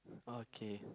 okay